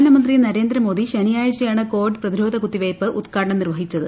പ്രധാനമന്ത്രി നരേന്ദ്രമോദി ശനിയാഴ്ചയാണ് കോവിഡ് പ്രതിരോധ കുത്തിവയ്പ്പ് ഉദ്ഘാടനം നിർവ്വഹിച്ചത്